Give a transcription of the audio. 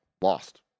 lost